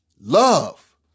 love